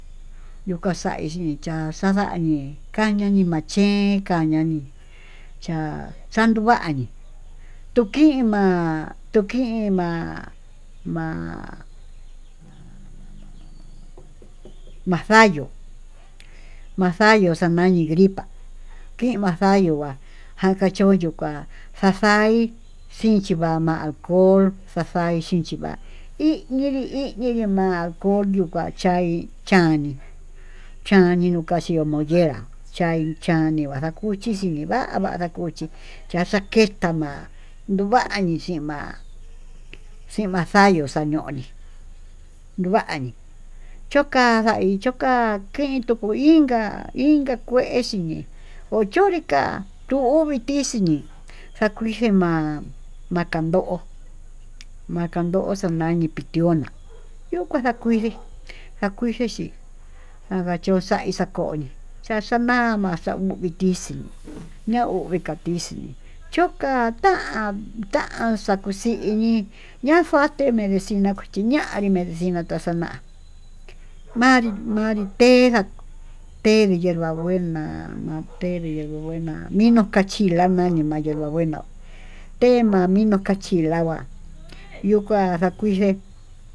Yukaxhai yuu ka'á xakandani ka'a kañañima chín ika'a ñañii cha chandu va'a ñii, tukin ma'á tukin ma'á ma-ma-ma maxayó xa'a nani gripá kin maxayuu kuá, jan kachoyo kuá xaxhai xinchi ya'á mako'o xaxaí xhinchí va'á iñiyi iñiyi yima'á akoyo kuá chaí chán chanyi yuu kachió moñera chain cha'á, nivadakuchi xhí niva'á kavanda kuchí chaxaketa ma'a nduu vañii xhima'a ximaxayuu xañuuoni yuu vañii, chokanda hí choka'a kintuu kuu inká inka kué xhiñii ochunri ka'a tu hu vitichi ñii, kakuixhi ma'a makando makando xemani kitioná yuu kuaxa kuidii kakuixhi xii kanga cho'o xai xakoyee chaxhamana xhakuití, xiin na'a uu inka tixhiín choka tán, tan xakuxiñi ña'a fate medeciná chi ñanri medicina ta'á xaná manrí manritena'á té de iherva buená ma té de hierva buena mino kachilana nde hierva buena té ma'a vino kastilá kuá yuu kuá kakuixhé.